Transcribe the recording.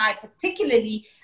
particularly